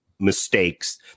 mistakes